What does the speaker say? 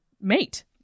mate